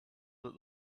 that